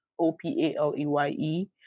O-P-A-L-E-Y-E